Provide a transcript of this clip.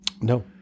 No